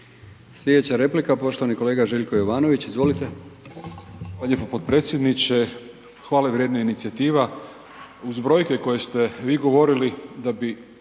Sljedeća replika poštovani kolega Željko Jovanović. Izvolite. **Jovanović, Željko (SDP)** Hvala lijepo potpredsjedniče. Hvala vrijedna inicijativa, uz brojke koje ste vi govorili da bi